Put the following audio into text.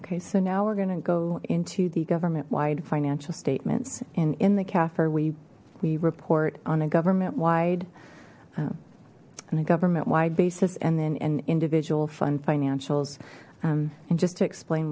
ok so now we're going to go into the government wide financial statements and in the kafir we we report on a government wide and a government wide basis and then in individual fund financials and just to explain